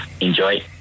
Enjoy